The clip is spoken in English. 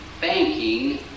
banking